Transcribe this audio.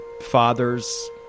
father's